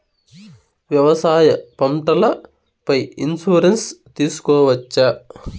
వ్యవసాయ పంటల పై ఇన్సూరెన్సు తీసుకోవచ్చా?